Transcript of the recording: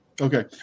Okay